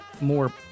more